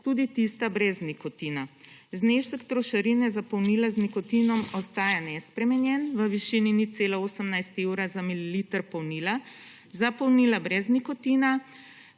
tudi tista brez nikotina. Znesek trošarine za povnila z nikotinom ostaja nespremenjen v višini 0,18 evra za mililiter povnila. Za povnila brez nikotina